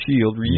shield